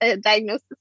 diagnosis